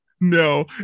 No